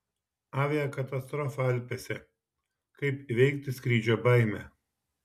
aviakatastrofa alpėse kaip įveikti skrydžio baimę